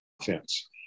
offense